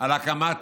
על הקמת